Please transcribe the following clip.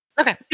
Okay